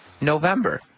November